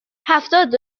هفتاد